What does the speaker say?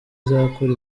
izakora